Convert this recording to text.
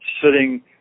sitting